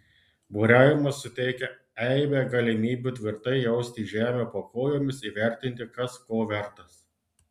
buriavimas suteikia eibę galimybių tvirtai jausti žemę po kojomis įvertinti kas ko vertas